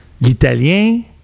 L'Italien